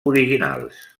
originals